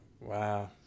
Wow